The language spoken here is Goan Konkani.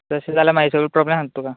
तशें जाल्यार म्हागे सगळे प्रोब्लेम सांगता तुका